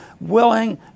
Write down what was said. willing